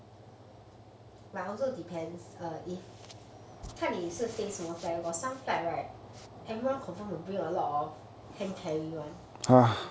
but also depends err if 看你是飞什么 flight got some flight right every one confirm will bring a lot of hand carry [one]